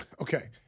okay